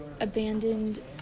abandoned